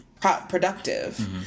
productive